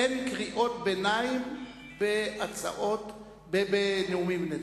אין קריאות ביניים בנאומים בני דקה.